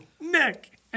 Nick